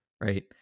Right